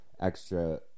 extra